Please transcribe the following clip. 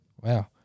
Wow